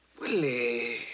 Willie